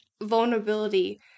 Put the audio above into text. vulnerability